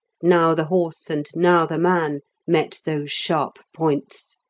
now the horse and now the man met those sharp points.